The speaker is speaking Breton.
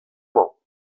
mañ